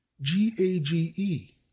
G-A-G-E